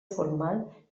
formal